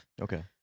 Okay